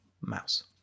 mouse